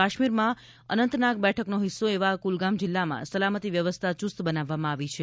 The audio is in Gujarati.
કાશ્મીરમાં અનંતનાગ બેઠકનો હિસ્સો એવા કુલગામ જિલ્લામાં સલામતી વ્યવસ્થા ચુસ્ત બનાવવામાં આવી છે